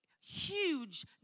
huge